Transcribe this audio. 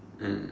mm